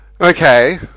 Okay